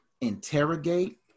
interrogate